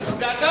ואתה,